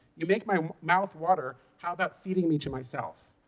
you make my mouth water. how about feeding me to myself?